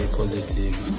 positive